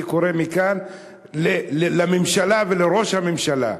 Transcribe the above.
אני קורא מכאן לממשלה ולראש הממשלה,